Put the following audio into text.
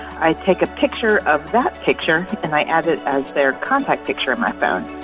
i take a picture of that picture, and i add it as their contact picture in my phone.